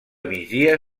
migdia